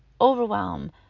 overwhelm